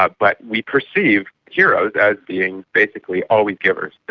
but but we perceive heroes as being basically always givers,